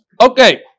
Okay